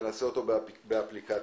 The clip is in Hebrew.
ונעשה זאת באמצעות אפליקציה.